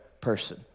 person